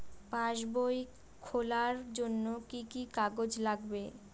পাসবই খোলার জন্য কি কি কাগজ লাগবে?